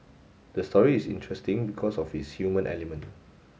the story is interesting because of its human element